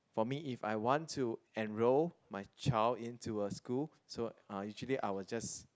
for me if I want to enroll my child into a school so uh usually I will just